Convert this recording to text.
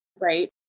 right